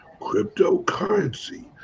cryptocurrency